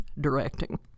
directing